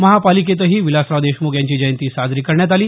महापालिकेतही विलासराव देशमुख यांची जयंती साजरी करण्यात आली